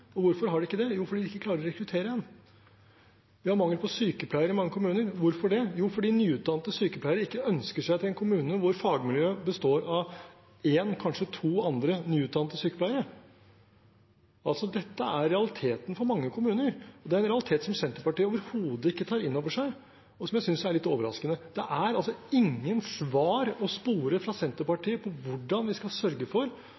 Hvorfor har de ikke det? Jo, fordi de ikke klarer å rekruttere. Vi har mangel på sykepleiere i mange kommuner. Hvorfor det? Jo, fordi nyutdannede sykepleiere ikke ønsker seg til en kommune hvor fagmiljøet består av én, kanskje to andre nyutdannede sykepleiere. Dette er realiteten for mange kommuner, og det er en realitet som Senterpartiet overhodet ikke tar inn over seg, og som jeg synes er litt overraskende. Det er altså ingen svar å spore fra Senterpartiet om hvordan vi skal sørge for